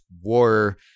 war